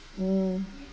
mm